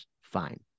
Fine